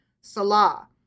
Salah